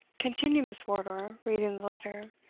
continued miss wardour, reading the letter,